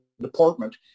Department